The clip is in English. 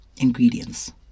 Ingredients